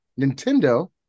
Nintendo